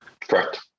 Correct